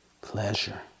pleasure